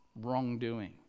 wrongdoing